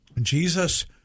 Jesus